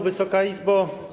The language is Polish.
Wysoka Izbo!